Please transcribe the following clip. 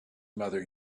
mother